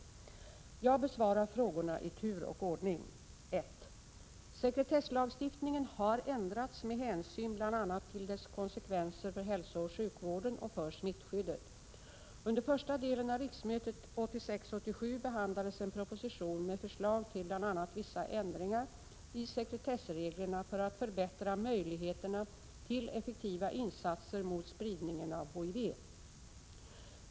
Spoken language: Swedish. Jag besvarar frågorna i tur och ordning. 1. Sekretesslagstiftningen har ändrats med hänsyn bl.a. till dess konsekvenser för hälsooch sjukvården och för smittskyddet. Under första delen av riksmötet 1986/87 behandlades en proposition med förslag till bl.a. vissa ändringar i sekretessreglerna för att förbättra möjligheterna till effektiva insatser mot spridningen av HIV.